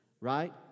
right